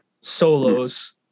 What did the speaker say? solos